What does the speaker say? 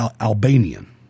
Albanian